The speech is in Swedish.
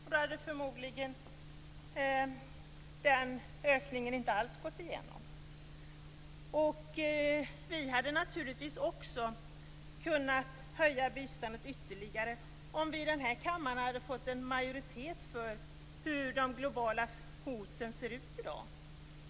Då hade förmodligen den ökningen inte alls gått igenom. Vi hade naturligtvis också kunnat höja biståndet ytterligare om vi i denna kammare hade fått en majoritet för hur de globala hoten ser ut i dag.